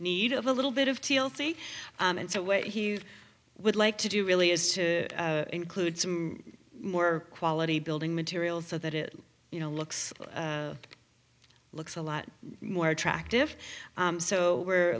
need of a little bit of t l c and so what he would like to do really is to include some more quality building materials so that it you know looks looks a lot more attractive so we're